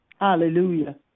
Hallelujah